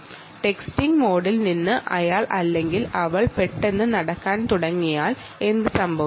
texting മോഡിൽ നിന്ന് അയാൾ പെട്ടെന്നു നടക്കാൻ തുടങ്ങിയാൽ എന്ത് സംഭവിക്കും